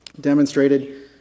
demonstrated